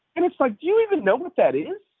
and it's like, do you even know what that is?